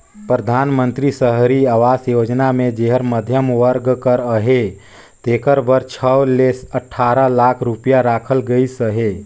परधानमंतरी सहरी आवास योजना मे जेहर मध्यम वर्ग कर अहे तेकर बर छव ले अठारा लाख रूपिया राखल गइस अहे